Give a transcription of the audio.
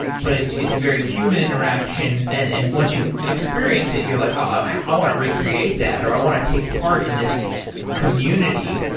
but it's it's a very human interaction, and and once you experience it you're like, oh, i want to recreate that, or i want to take part in this community.